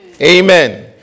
Amen